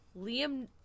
Liam